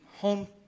home